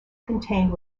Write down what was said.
contained